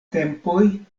tempoj